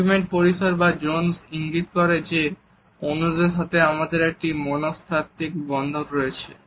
intimate পরিসর বা zone ইঙ্গিত করে যে অন্যদের সাথে আমাদের একটি মনস্তাত্ত্বিক বন্ধন রয়েছে